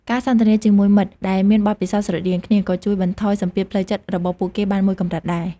ការសន្ទនាជាមួយមិត្តដែលមានបទពិសោធន៍ស្រដៀងគ្នា ក៏ជួយបន្ថយសម្ពាធផ្លូវចិត្តរបស់ពួកគេបានមួយកម្រិតដែរ។